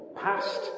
past